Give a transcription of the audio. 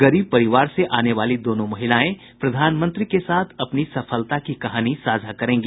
गरीब परिवार से आने वाली दोनों महिलाएं प्रधानमंत्री के साथ अपनी सफलता की कहानी साझा करेंगी